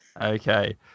okay